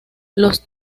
los